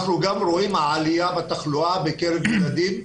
אנחנו גם רואים עלייה בתחלואה בקרב ילדים,